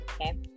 okay